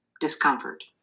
discomfort